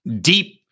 deep